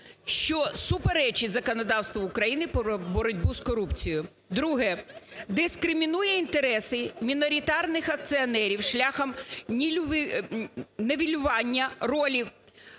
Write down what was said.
що суперечить законодавству України про боротьбу з корупцією. Друге, дискримінує інтереси міноритарних акціонерів шляхом нівелювання ролі